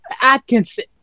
Atkinson